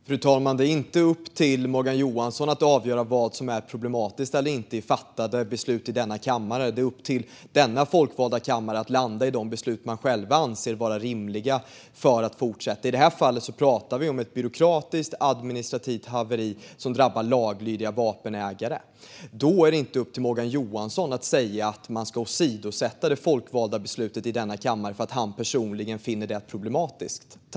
Fru talman! Det är inte upp till Morgan Johansson att avgöra vad som är problematiskt eller inte i beslut fattade i denna kammare. Det är upp till denna folkvalda kammare att landa i de beslut man själv anser vara rimliga för att fortsätta. I det här fallet pratar vi om ett byråkratiskt, administrativt haveri som drabbar laglydiga vapenägare. Då är det inte upp till Morgan Johansson att säga att man ska åsidosätta de folkvaldas beslut i denna kammare därför att han personligen finner det problematiskt.